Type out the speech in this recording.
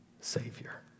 Savior